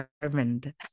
determined